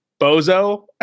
Bozo